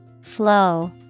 Flow